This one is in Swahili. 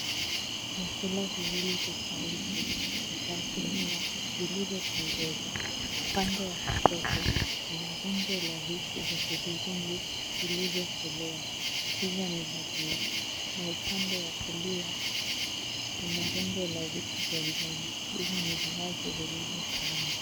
Vyakula viwili tofauti, vitafunio vilivyotengezwa. Upande wa kushoto kuna rundo la vitu vya hudhurungi vilivyokolea. Hizo ni bajia na upande wa kulia kuna rundo la vitu vya njano, hivyo ni viazi vilivyokaangwa.